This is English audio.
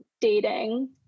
dating